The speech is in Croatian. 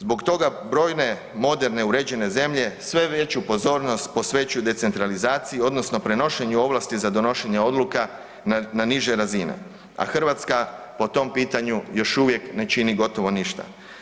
Zbog toga brojne moderne uređene zemlje sve veću pozornost posvećuju decentralizaciji odnosno prenošenju ovlasti za donošenje odluka na niže razine, a Hrvatska po tom pitanju još uvijek ne čini gotovo ništa.